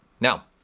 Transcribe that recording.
Now